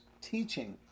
teaching